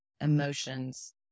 emotions